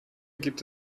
gibt